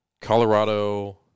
colorado